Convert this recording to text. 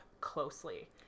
closely